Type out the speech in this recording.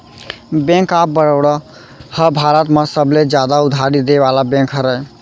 bank of Baroda ह भारत म सबले जादा उधारी देय वाला बेंक हरय